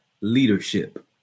leadership